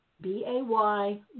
B-A-Y